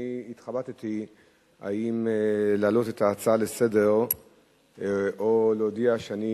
שאני התחבטתי אם להעלות את ההצעה לסדר או להודיע שאני